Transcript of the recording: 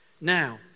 Now